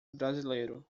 brasileiro